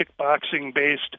kickboxing-based